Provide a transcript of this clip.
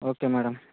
okay madam